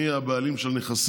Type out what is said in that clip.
מי יהיה הבעלים של נכסים.